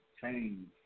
change